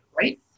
right